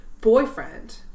boyfriend